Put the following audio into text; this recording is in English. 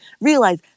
realize